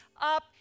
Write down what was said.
up